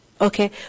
Okay